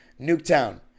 Nuketown